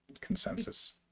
consensus